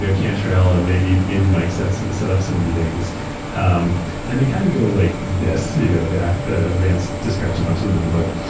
cantrell and maybe maybe mike sets sets up some meetings um and they kind of go like this. you know vance ah vance describes a bunch of them in the book.